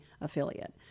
affiliate